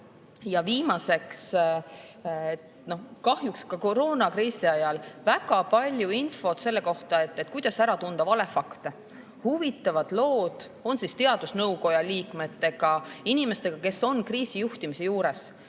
viimaseks, kahjuks koroonakriisi ajal [ei olnud] väga palju infot selle kohta, kuidas ära tunda valefakte. Huvitavad lood kas teadusnõukoja liikmetega, inimestega, kes on kriisijuhtimise juures,